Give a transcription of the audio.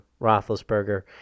Roethlisberger